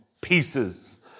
pieces